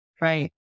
Right